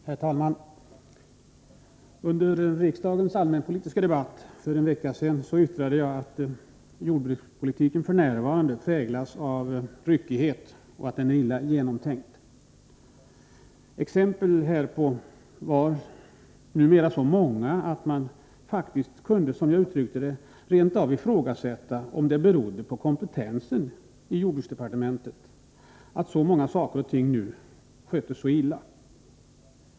Herr talman! Under riksdagens allmänpolitiska debatt för en vecka sedan yttrade jag att jordbrukspolitiken f.n. präglas av ryckighet och är illa genomtänkt. Exemplen härpå är numera så många att man faktiskt, som jag uttryckte det, kan ifrågasätta om det rent av beror på kompetensen i jordbruksdepartementet att så många saker och ting nu sköts så illa.